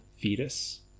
fetus